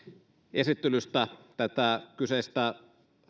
esittelystä tätä kyseistä